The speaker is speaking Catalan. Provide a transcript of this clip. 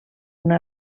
una